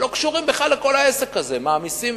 שלא קשורים בכלל לכל העסק הזה מעמיסים